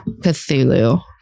Cthulhu